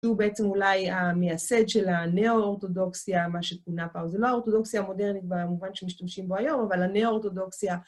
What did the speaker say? שהוא בעצם אולי המייסד של הנאו-אורתודוקסיה, מה שכונה פעם. זו לא האורתודוקסיה המודרנית במובן שמשתמשים בו היום, אבל הנאו-אורתודוקסיה